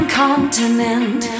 continent